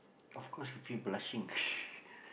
of course I feel blushing